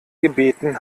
gebeten